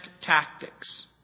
tactics